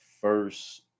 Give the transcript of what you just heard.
first